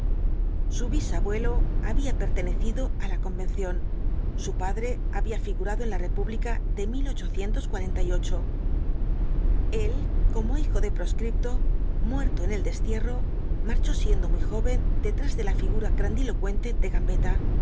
su bisabuelo había pertenecido á la convención su padre había figurado en la república de el como hijo de proscripto muerto en el destierro marchó siendo muy joven detrás de la figura grandilocuente de gambetta